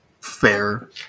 fair